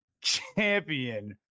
champion